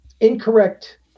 incorrect